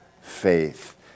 faith